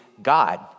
God